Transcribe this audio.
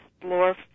explore